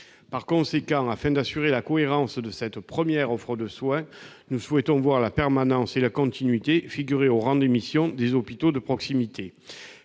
Par conséquent, afin d'assurer la cohérence de cette première offre de soins, nous souhaitons voir la permanence et la continuité figurer au rang des missions des hôpitaux de proximité.